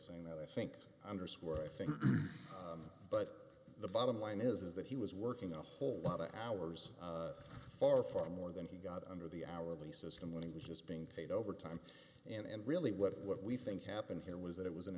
placing that i think underscore i think but the bottom line is that he was working a whole lot of hours far far more than he got under the hourly system when he was just being paid overtime and really what what we think happened here was that it was an